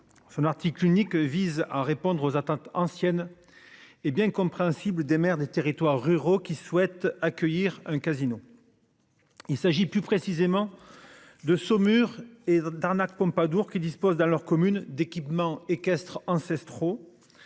son article unique vise à répondre aux atteintes ancienne. Hé bien compréhensible des maires des territoires ruraux qui souhaitent accueillir un casino. Il s'agit plus précisément. De Saumur et d'arnaques Pompadour qui dispose dans leur commune d'équipements équestres ancestraux.